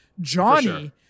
Johnny